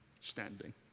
standing